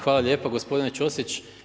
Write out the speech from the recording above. Hvala lijepo gospodine Ćosić.